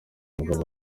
umugabo